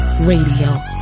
Radio